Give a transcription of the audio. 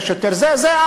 יש יותר זה,